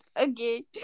Okay